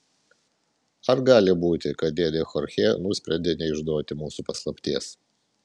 ar gali būti kad dėdė chorchė nusprendė neišduoti mūsų paslapties